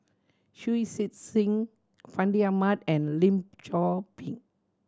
Shui Sit Sing Fandi Ahmad and Lim Chor Pee